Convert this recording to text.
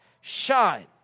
shine